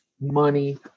money